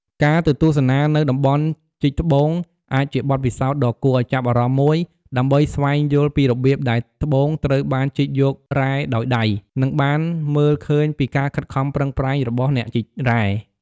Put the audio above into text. ការទៅទស្សនានៅតំបន់ជីកត្បូងអាចជាបទពិសោធន៍ដ៏គួរឱ្យចាប់អារម្មណ៍មួយ ដើម្បីស្វែងយល់ពីរបៀបដែលត្បូងត្រូវបានជីកយករ៉ែដោយដៃ និងបានមើលឃើញពីការខិតខំប្រឹងប្រែងរបស់អ្នកជីករ៉ែ។